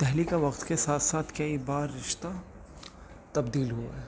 دہلی کا وقت کے ساتھ ساتھ کئی بار رشتہ تبدیل ہوا ہے